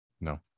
no